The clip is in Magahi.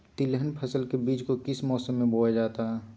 तिलहन फसल के बीज को किस मौसम में बोया जाता है?